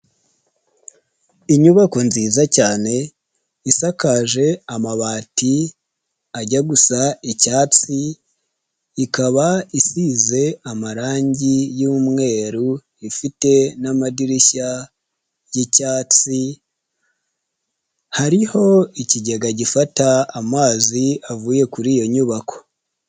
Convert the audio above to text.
Inyubako nziza cyane isakaje amabati ajya gusa icyatsi, ikaba isize amarangi y'umweru, ifite n'amadirishya y'icyatsi, hariho ikigega gifata amazi avuye kuri iyo nyubako.